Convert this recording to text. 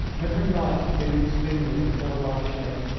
every light had been extinguished aboard our ship,